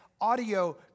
audio